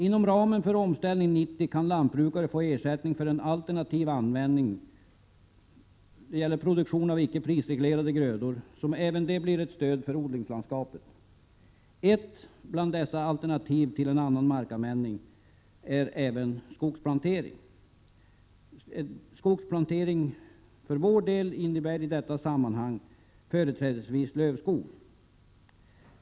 Inom ramen för Omställning 90 kan lantbrukare få ersättning för en alternativ användning — produktion av icke prisreglerade grödor — som i sig också kan bli ett stöd för odlingslandskapet. Ett bland dessa alternativ till en annan markanvändning är även skogsplantering, som för vår del i detta sammanhang innebär plantering av företrädesvis lövskog.